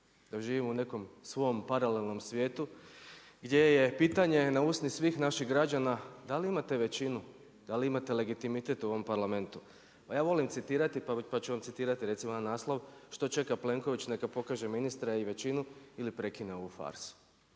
da živimo u nekom svom paralelnom svijetu gdje je pitanje na usni svih naših građana, da li imate većinu, da li imate legitimitet u ovom Parlamentu. Pa ja volim citirati pa ću vam citirati recimo jedan naslov „Što čega Plenković neka pokaže ministre i većinu ili prekine ovu farsu“.